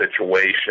situation